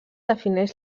defineix